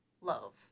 love